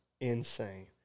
insane